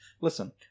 Listen